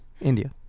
India